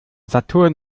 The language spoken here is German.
saturn